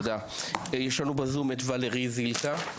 תודה, יש לנו בזום את וולרי זילכה.